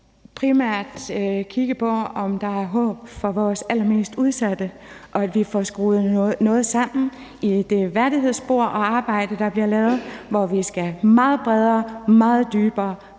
primært kigge på, om der er håb for vores allermest udsatte, og at vi får skruet noget sammen i et værdighedsspor og et arbejde, der bliver lavet, hvor det skal være meget bredere, meget dybere